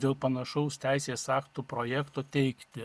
dėl panašaus teisės aktų projekto teikti